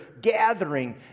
gathering